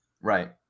Right